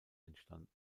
entstanden